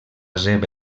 seva